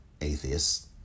atheists